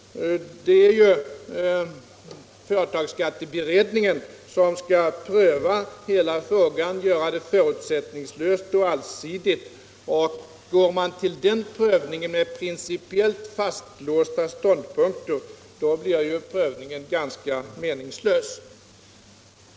Företagsskatteberedningen skall pröva hela frågan förutsättningslöst och allsidigt. Går man till den prövningen med principiellt fastlåsta ståndpunkter blir prövningen ganska meningslös.